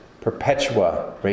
Perpetua